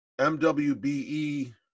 MWBE